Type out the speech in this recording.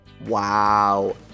Wow